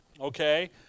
okay